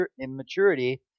immaturity